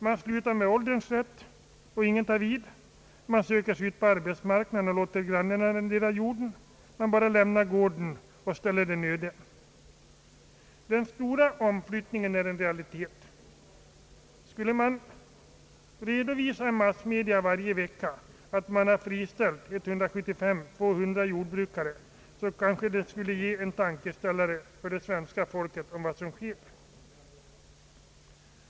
Man slutar med ålderns rätt och ingen tar vid, man söker sig ut på arbetsmarknaden och låter grannen arrendera jorden, man bara lämnar gården och ställer den öde. Den stora omflyttningen är en realitet. Skulle man redovisa i massmedia varje vecka, att 175 å 200 jord brukare har friställts, kanske det skulle ge en tankeställare för det svenska folket om vad som sker.